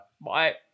Bye